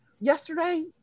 yesterday